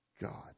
God